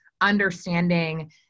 understanding